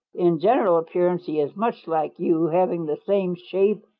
in general appearance he is much like you, having the same shape,